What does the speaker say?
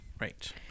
right